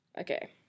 okay